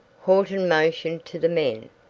horton motioned to the men,